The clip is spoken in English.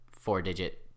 four-digit